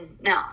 no